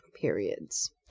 periods